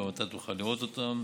וגם אתה תוכל לראות אותן,